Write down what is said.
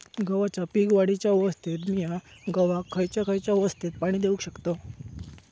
गव्हाच्या पीक वाढीच्या अवस्थेत मिया गव्हाक खैयचा खैयचा अवस्थेत पाणी देउक शकताव?